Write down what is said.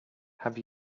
have